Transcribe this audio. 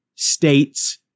states